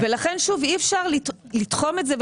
לכן, שוב, אי אפשר לתחום את זה.